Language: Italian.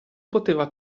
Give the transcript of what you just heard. poteva